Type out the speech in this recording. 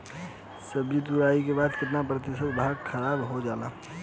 सब्जी तुराई के बाद केतना प्रतिशत भाग खराब हो जाला?